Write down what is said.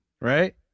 right